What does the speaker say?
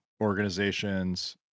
organizations